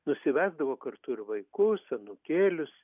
nusivesdavo kartu ir vaikus anūkėlius